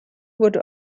wurde